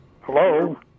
Hello